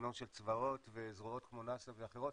בסגנון של צבאות וזרועות כמו נאס"א ואחרות,